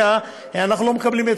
אנחנו לא מקבלים אותו,